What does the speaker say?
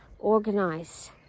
organize